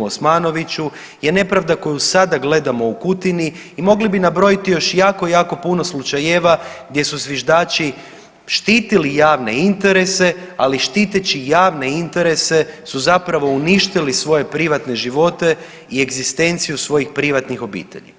Osmanoviću je nepravda koju sada gledamo u Kutini i mogli bi nabrojiti još jako jako puno slučajeva gdje su zviždači štitili javne interese, ali štiteći javne interese su zapravo uništili svoje privatne živote i egzistenciju svojih privatnih obitelji.